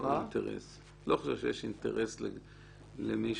אני לא חושב שיש אינטרס למישהו.